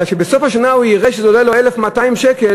אבל כשבסוף השנה הוא יראה שזה עולה לו 1,200 שקלים,